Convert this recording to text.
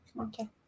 okay